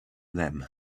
them